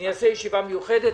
אעשה ישיבה מיוחדת.